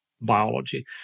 biology